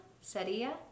sería